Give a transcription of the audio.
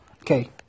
Okay